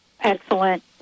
excellent